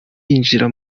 yinjira